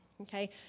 okay